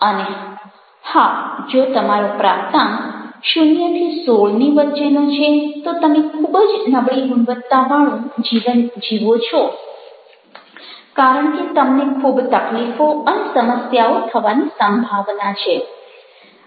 અને હા જો તમારો પ્રાપ્તાંક 0 16 ની વચ્ચેનો છે તો તમે ખૂબ જ નબળી ગુણવત્તાવાળું જીવન જીવો છો કારણ કે તમને ખૂબ તકલીફો અને સમસ્યાઓ થવાની સંભાવના છે